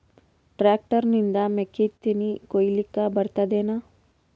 Tractor ನಿಂದ ಮೆಕ್ಕಿತೆನಿ ಕೊಯ್ಯಲಿಕ್ ಬರತದೆನ?